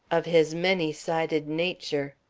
of his many-sided nature.